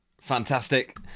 Fantastic